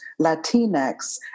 Latinx